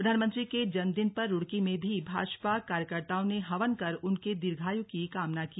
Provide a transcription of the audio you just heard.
प्रधानमंत्री के जन्मदिन पर रुड़की में भी भाजपा कार्यकर्ताओं ने हवन कर उनके दीर्घायु की कामना की